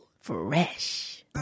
Fresh